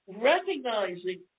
recognizing